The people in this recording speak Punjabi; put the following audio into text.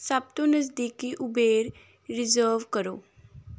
ਸਭ ਤੋਂ ਨਜ਼ਦੀਕੀ ਉਬੇਰ ਰਿਜ਼ਰਵ ਕਰੋ